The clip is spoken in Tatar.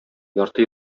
ярты